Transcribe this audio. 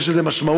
ויש לזה משמעות,